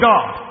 God